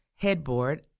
headboard